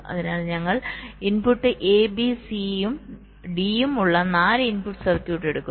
അതിനാൽ ഞങ്ങൾ input A B സിയും ഡിയും ഉള്ള 4 ഇൻപുട്ട് സർക്യൂട്ട് എടുക്കുന്നു